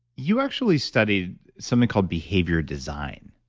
you actually studied something called behavior design